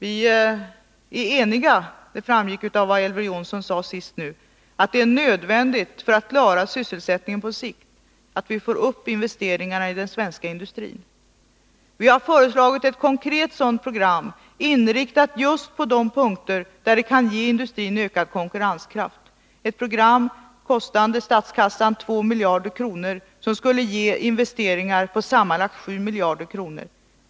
Vi är eniga om — det framgick av vad Elver Jonsson nu senast sade — att det är nödvändigt för att klara sysselsättningen på sikt att vi får upp investeringarna i den svenska industrin. Vi har föreslagit ett konkret sådant program, inriktat just på de punkter där det kan ge industrin ökad konkurrenskraft, ett program kostande statskassan 2 miljarder kronor men som skulle ge investeringar på sammanlagt 7 miljarder kronor.